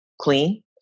clean